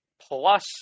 plus